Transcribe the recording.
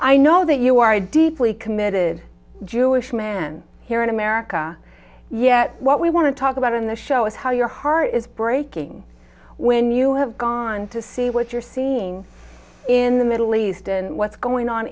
i know that you are deeply committed jewish men here in america yet what we want to talk about in the show is how your heart is breaking when you have gone to see what you're seeing in the middle east and what's going on